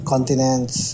Continents